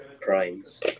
primes